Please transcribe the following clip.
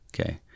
Okay